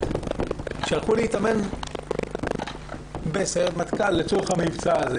שהלכו להתאמן בסיירת מטכ"ל לצורך המבצע.